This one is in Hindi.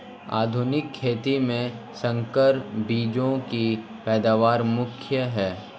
आधुनिक खेती में संकर बीजों की पैदावार मुख्य हैं